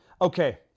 Okay